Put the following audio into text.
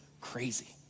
crazy